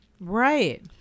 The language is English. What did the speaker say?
right